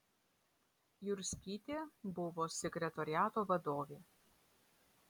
jurskytė buvo sekretoriato vadovė